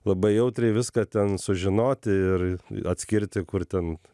labai jautriai viską ten sužinoti ir atskirti kur ten